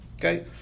Okay